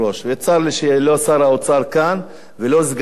וצר לי שלא שר האוצר כאן ולא סגנו,